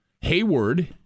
Hayward